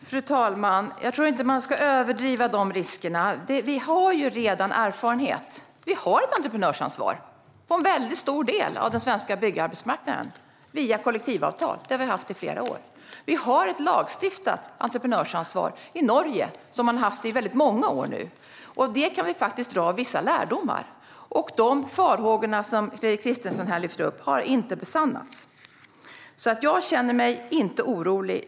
Fru talman! Jag tror inte att man ska överdriva de riskerna. Vi har ju redan erfarenhet. Vi har ett entreprenörsansvar på en väldigt stor del av den svenska byggarbetsmarknaden, via kollektivavtal. Det har vi haft i flera år. I Norge har man ett lagstiftat entreprenörsansvar som man har haft i många år. Av detta kan vi dra vissa lärdomar. De farhågor som Fredrik Christensson lyfter upp har inte besannats. Jag känner mig alltså inte orolig.